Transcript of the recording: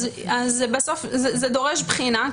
בסוף, זה דורש בחינה.